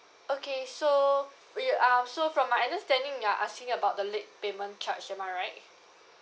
okay so wait um so from my understanding you're asking about the late payment charge am I right